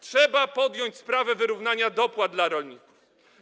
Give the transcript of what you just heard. Trzeba poruszyć sprawę wyrównania dopłat dla rolników.